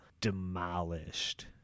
demolished